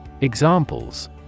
Examples